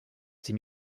ses